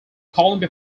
columbia